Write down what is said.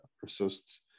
persists